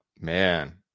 man